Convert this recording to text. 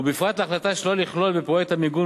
ובפרט להחלטה שלא לכלול בפרויקט המיגון